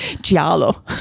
Giallo